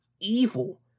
evil